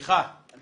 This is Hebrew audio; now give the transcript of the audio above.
משליך על